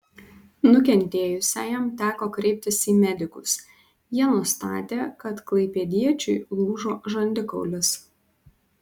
nukentėjusiajam teko kreiptis į medikus jie nustatė kad klaipėdiečiui lūžo žandikaulis